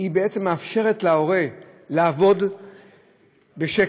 בעצם מאפשרת להורה לעבוד בשקט,